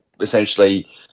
essentially